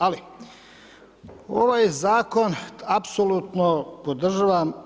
Ali ovaj zakon apsolutno podržavam.